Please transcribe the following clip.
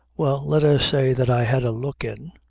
well let us say that i had a look in.